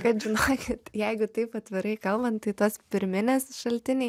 kad žinokit jeigu taip atvirai kalbant tai tos pirminės šaltiniai